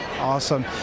awesome